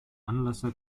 anlasser